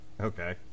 Okay